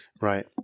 right